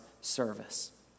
service